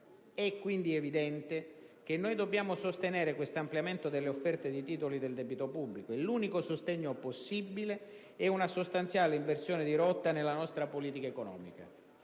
È quindi evidente che noi dobbiamo sostenere questo ampliamento delle offerte dei titoli del debito pubblico. E l'unico sostegno possibile è una sostanziale inversione di rotta nella nostra politica economica.